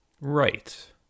Right